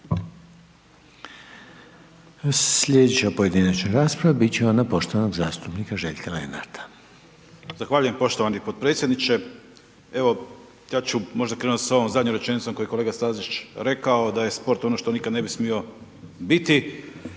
Sljedeća pojedinačna rasprava biti će ona poštovanog zastupnika Željka Lenarta. **Lenart, Željko (HSS)** Zahvaljujem poštovani potpredsjedniče. Evo ja ću možda krenuti sa ovom zadnjom rečenicom koju je kolega Stazić rekao da je sport ono što nikad ne bi smio biti.